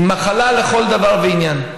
היא מחלה לכל דבר ועניין.